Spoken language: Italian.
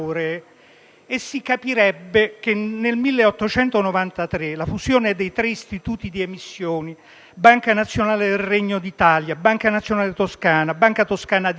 per sapere che nel 1893 la fusione dei tre istituti di emissione (Banca nazionale del Regno d'Italia, Banca nazionale toscana, Banca toscana di credito)